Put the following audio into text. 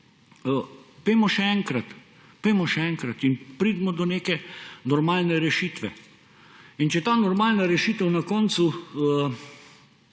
se morda prenaglili, pojdimo še enkrat in pridimo do neke normalne rešitve. In če ta normalna rešitev na koncu